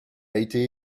été